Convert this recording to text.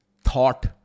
thought